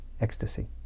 ecstasy